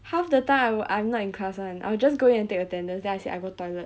half the time I will I'm not in class [one] I will just go and take attendance then I said I go toilet